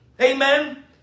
Amen